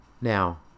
Now